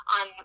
on